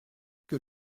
que